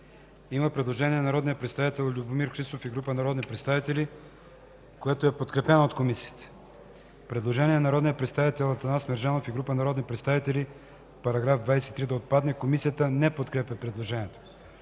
Предложение на народния представител Любомир Христов и група народни представители, което е подкрепено от Комисията. Предложение на народния представител Атанас Мерджанов и група народни представители: „§ 36 да отпадне.” Комисията не подкрепя предложението.